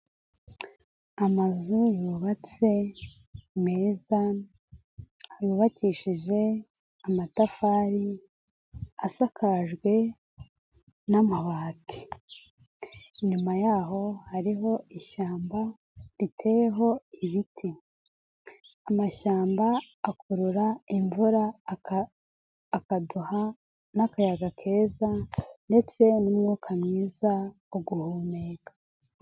Amazu yubatse meza, yubakishije amatafari asakajwe n'amabati. Inyuma yaho hariho ishyamba riteyeho ibiti, amashyamba akurura imvura akaduha n'akayaga keza ndetse n'umwuka mwiza wo guhumeka.